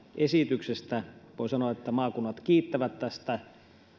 esityksestä voin sanoa että maakunnat kiittävät tästä